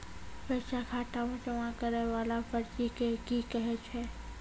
पैसा खाता मे जमा करैय वाला पर्ची के की कहेय छै?